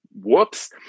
whoops